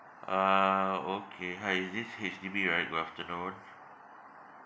uh okay hi is this H_D_B right good afternoon